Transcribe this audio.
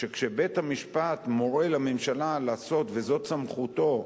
שכשבית-המשפט מורה לממשלה לעשות, וזאת סמכותו,